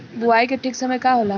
बुआई के ठीक समय का होला?